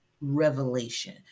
revelation